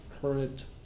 current